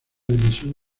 división